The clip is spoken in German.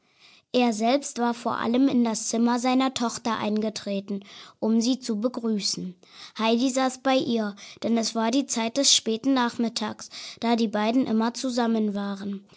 er selbst war vor allem in das zimmer seiner tochter eingetreten um sie zu begrüßen heidi saß bei ihr denn es war die zeit des späten nachmittags da die beiden immer zusammen waren